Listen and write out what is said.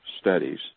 studies